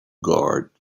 guard